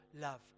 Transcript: love